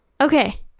Okay